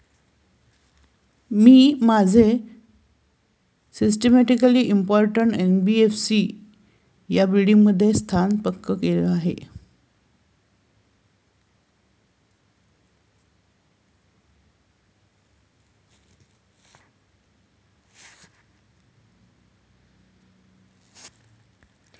Systematically important NBFC म्हणजे काय?